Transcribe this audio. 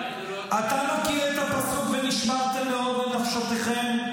בוודאי --- אתה מכיר את הפסוק: "ונשמרתם מאֹד לנפשֹתיכם"?